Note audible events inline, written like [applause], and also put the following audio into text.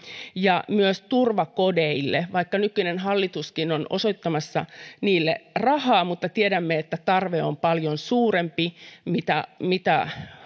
ja myös turvakodeille vaikka nykyinen hallituskin on osoittamassa niille rahaa mutta tiedämme että tarve on paljon suurempi kuin mitä [unintelligible]